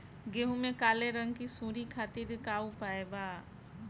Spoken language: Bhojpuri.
गेहूँ में काले रंग की सूड़ी खातिर का उपाय बा?